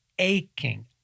aching